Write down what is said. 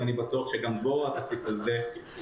ואני בטוח שגם דבורה תוסיף על זה,